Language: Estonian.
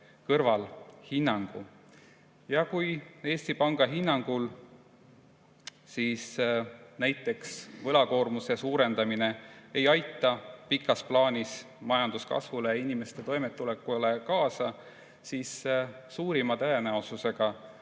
kõrvalhinnangu. Ja kui Eesti Panga hinnangul näiteks võlakoormuse suurendamine ei aita pikas plaanis majanduskasvule ja inimeste toimetulekule kaasa, siis suurima tõenäosusega